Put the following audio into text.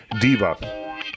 Diva